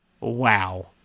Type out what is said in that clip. Wow